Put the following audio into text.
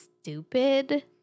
Stupid